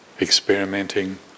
Experimenting